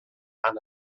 and